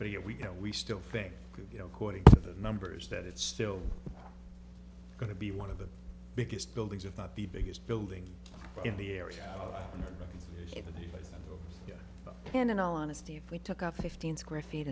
but here we go we still think you know according to the numbers that it's still going to be one of the biggest buildings of not the biggest building in the area but even then in all honesty if we took out fifteen square feet